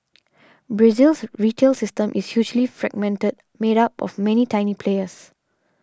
Brazil's retail system is hugely fragmented made up of many tiny players